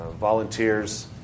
volunteers